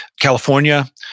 California